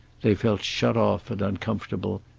they felt shut off and uncomfortable,